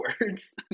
words